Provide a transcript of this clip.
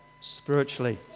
spiritually